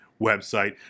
website